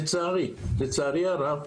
לצערי הרב,